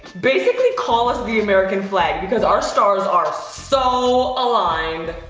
basically call us the american flag because our stars are so aligned.